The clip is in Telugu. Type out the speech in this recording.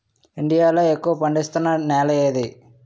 ఇండియా లో ఎక్కువ పండిస్తున్నా నేల ఏది?